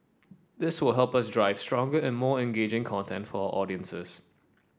this will help us drive stronger and more engaging content for our audiences